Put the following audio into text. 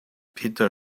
peter